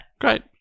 great